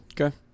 Okay